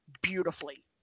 beautifully